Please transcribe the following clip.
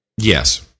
Yes